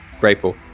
grateful